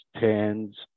tens